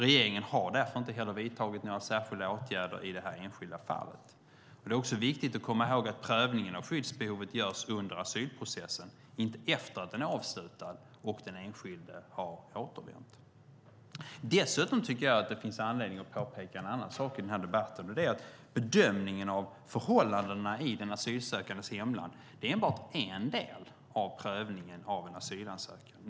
Regeringen har därför inte heller vidtagit några särskilda åtgärder i detta enskilda fall. Det är också viktigt att komma ihåg att prövningen av skyddsbehovet görs under asylprocessen, inte efter att den är avslutad och den enskilde har återvänt. Dessutom tycker jag att det finns anledning att påpeka en annan sak i denna debatt, och det är att bedömningen av förhållandena i den asylsökandes hemland enbart är en del av prövningen av en asylansökan.